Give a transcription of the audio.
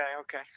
okay